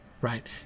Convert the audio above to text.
right